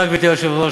ענייני רווחה.